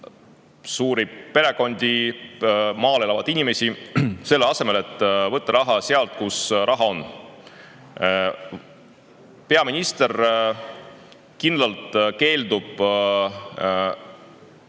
suuri perekondi, maal elavaid inimesi, selle asemel et võtta raha sealt, kus raha on. Peaminister on kindlalt keeldunud